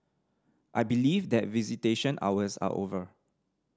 I believe that visitation hours are over